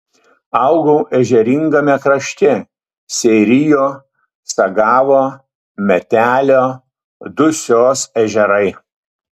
augau ežeringame krašte seirijo sagavo metelio dusios ežerai